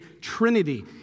Trinity